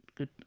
Good